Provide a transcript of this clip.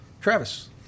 Travis